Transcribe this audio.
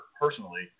personally